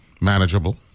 manageable